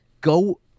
Go